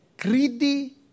greedy